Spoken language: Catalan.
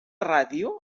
ràdio